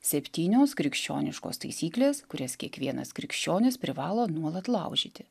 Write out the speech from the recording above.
septynios krikščioniškos taisyklės kurias kiekvienas krikščionis privalo nuolat laužyti